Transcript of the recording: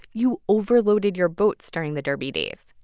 you overloaded your boats during the derby days,